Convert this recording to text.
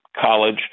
college